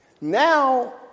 Now